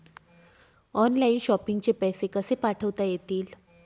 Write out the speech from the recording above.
Online shopping चे पैसे कसे पाठवता येतील?